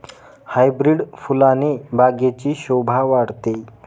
hybrid फुलाने बागेची शोभा वाढते